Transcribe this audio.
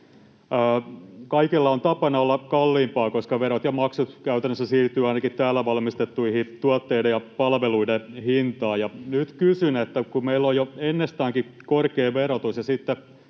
kaikella on myös tapana olla kalliimpaa, koska verot ja maksut käytännössä siirtyvät ainakin täällä valmistettujen tuotteiden ja palveluiden hintaan. Nyt kysyn: kun meillä on jo ennestäänkin korkea verotus